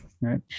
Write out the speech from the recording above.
right